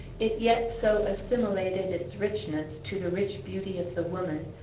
it yet so assimilated its richness to the rich beauty of the woman,